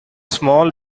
small